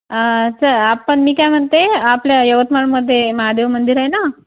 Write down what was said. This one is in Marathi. असं आपण मी काय म्हणते आपल्या यवतमाळमध्ये महादेव मंदिर आहे ना